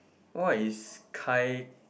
what is gai